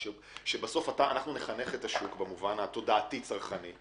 שבסוף אנחנו נחנך את השוק במובן התודעתי צרכני,